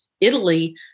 Italy